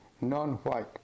non-white